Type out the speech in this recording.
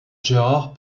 gérard